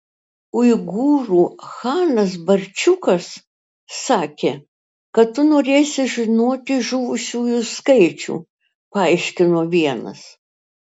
uigūrų chanas barčiukas sakė kad tu norėsi žinoti žuvusiųjų skaičių paaiškino vienas